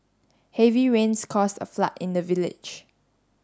heavy rains caused a flood in the village